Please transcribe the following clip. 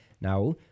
Now